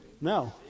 No